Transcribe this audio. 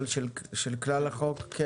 אבל של כלל החוק כן.